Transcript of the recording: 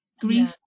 grief